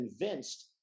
convinced